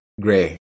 Gray